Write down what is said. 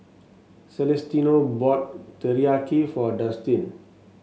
Celestino bought Teriyaki for Dustin